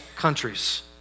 Countries